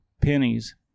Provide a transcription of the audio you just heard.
pennies